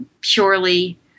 purely –